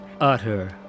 utter